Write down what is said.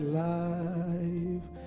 life